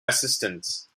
assistants